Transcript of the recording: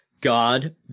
God